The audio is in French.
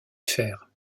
faire